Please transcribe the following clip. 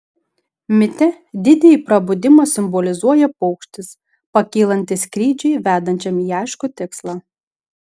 mite didįjį prabudimą simbolizuoja paukštis pakylantis skrydžiui vedančiam į aiškų tikslą